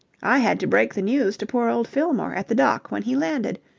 i had to break the news to poor old fillmore at the dock when he landed.